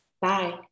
Bye